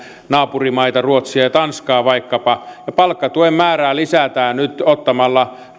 naapurimaitamme ruotsia ja tanskaa ja palkkatuen määrää lisätään nyt ottamalla